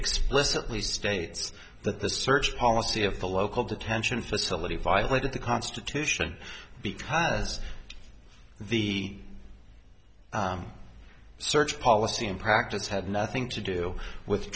explicitly states that the search policy of the local detention facility violated the constitution because the surge policy in practice had nothing to do with